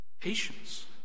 Patience